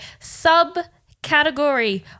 subcategory